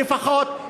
לפחות,